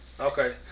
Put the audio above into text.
Okay